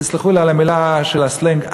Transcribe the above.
תסלחו לי על המילה של הסלנג,